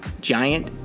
giant